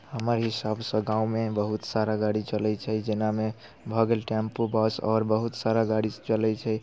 हमर हिसाबसँ गाममे बहुत सारा गाड़ी चलैत छै जेनामे भऽ गेल टेम्पू बस आओर बहुत सारा गाड़ीसभ चलैत छै